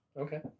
Okay